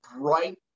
bright